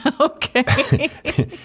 Okay